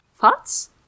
Thoughts